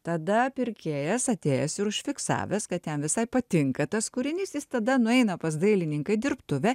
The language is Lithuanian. tada pirkėjas atėjęs ir užfiksavęs kad jam visai patinka tas kūrinys jis tada nueina pas dailininką į dirbtuvę